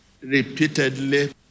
repeatedly